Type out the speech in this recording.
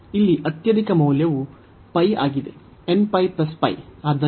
ಇಲ್ಲಿ ಅತ್ಯಧಿಕ ಮೌಲ್ಯವು ಆಗಿದೆ